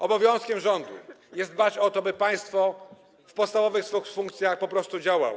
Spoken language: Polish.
Obowiązkiem rządu jest dbać o to, by państwo w podstawowych swych funkcjach po prostu działało.